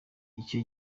icyo